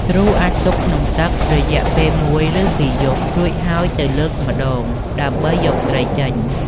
ទ្រូអាចទុកក្នុងទឹករយៈពេលមួយឬពីរយប់ រួចហើយទៅលើកម្តង ដើម្បីយកត្រីចេញ។